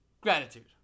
Gratitude